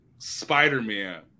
Spider-Man